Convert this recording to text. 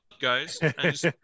guys